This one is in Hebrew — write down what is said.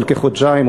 של כחודשיים,